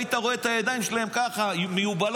היית רואה את הידיים שלהם ככה מיובלות